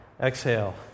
exhale